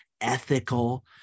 ethical